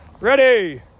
Ready